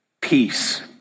Peace